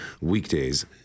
weekdays